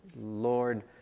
Lord